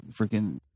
freaking